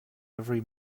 every